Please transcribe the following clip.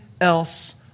else